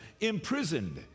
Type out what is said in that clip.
imprisoned